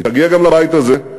היא תגיע גם לבית הזה,